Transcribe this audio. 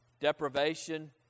deprivation